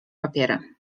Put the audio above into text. papiery